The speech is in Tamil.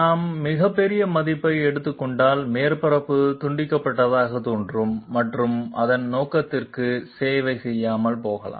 நாம் மிகப் பெரிய மதிப்பை எடுத்துக் கொண்டால் மேற்பரப்பு துண்டிக்கப்பட்டதாகத் தோன்றும் மற்றும் அதன் நோக்கத்திற்கு சேவை செய்யாமல் போகலாம்